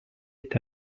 est